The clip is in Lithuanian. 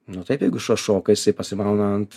nu taip jeigu šuo šoka jisai pasimauna ant